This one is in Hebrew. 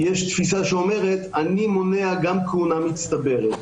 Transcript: יש תפיסה שאומרת: אני מונע גם כהונה מצטברת.